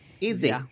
Easy